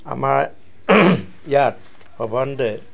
আমাৰ ইয়াত সৰ্বসাধাৰণতে